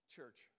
Church